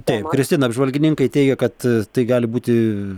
taip kristina apžvalgininkai teigia kad tai gali būti